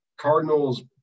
Cardinals